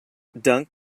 dunk